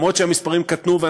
גם אם המספרים קטנו,